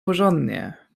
porządnie